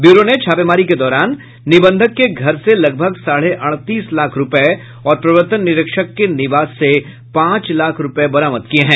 bureau ने छापेमारी के दौरान निबंधक के घर से लगभग साढ़े अड़तीस लाख रूपये और प्रवर्तन निरीक्षक के निवास से पांच लाख रूपये बरामद किये हैं